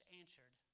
answered